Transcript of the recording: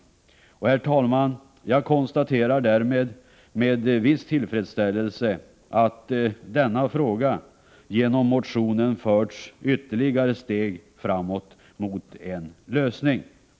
Herr talman! Jag konstaterar därmed med viss tillfredsställelse att denna fråga genom motionen förts ytterligare ett steg framåt mot en lösning.